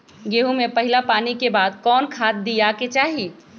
गेंहू में पहिला पानी के बाद कौन खाद दिया के चाही?